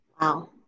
Wow